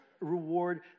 reward